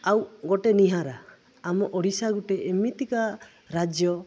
ଆଉ ଗୋଟେ ନିଆରା ଆମ ଓଡ଼ିଶା ଗୋଟେ ଏମିତିକା ରାଜ୍ୟ